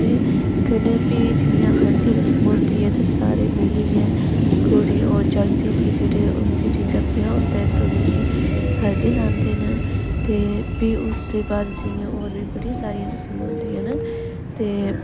ते कन्नै फ्ही जियां हल्दी रसम होंदी ऐ ते सारे मिलियै कुड़ी होर जागतें गी जेह्ड़े उं'दे जिंदे घर ब्याह् होंदा ऐ ते उ'नेंगी हल्दी लांदे न ते फ्ही उसदे बाद च जियां होर बी बड़ी सारियां रस्मां होंदियां न ते